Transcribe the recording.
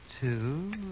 two